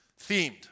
themed